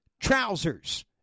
trousers